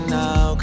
now